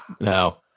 no